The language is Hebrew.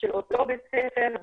אותו בית ספר.